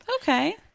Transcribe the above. Okay